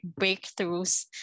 breakthroughs